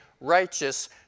righteous